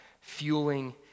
fueling